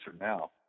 now